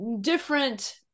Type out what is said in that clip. different